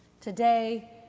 Today